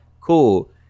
cool